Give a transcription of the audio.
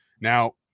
Now